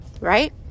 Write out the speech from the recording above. right